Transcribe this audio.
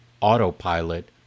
autopilot